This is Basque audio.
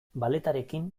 balletarekin